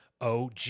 OG